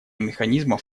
механизмов